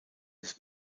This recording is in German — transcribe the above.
des